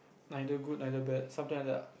neither good neither bad something like that lah